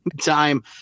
time